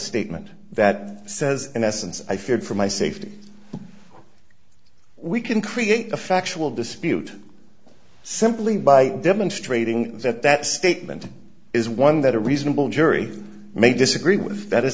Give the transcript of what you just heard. statement that says in essence i feared for my safety we can create a factual dispute simply by demonstrating that that statement is one that a reasonable jury may disagree with that